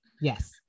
Yes